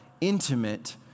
intimate